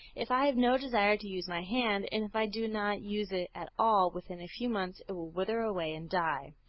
if i have no desire to use my hand, and if i do not use it at all, within a few months it will wither away and die.